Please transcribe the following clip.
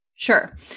Sure